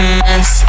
mess